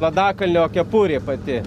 ladakalnio kepurė pati